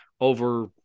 over